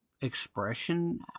expression